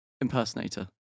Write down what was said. impersonator